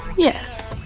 yes.